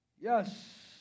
Yes